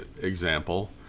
example